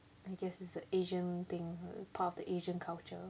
I guess that's the asian thing part of the asian culture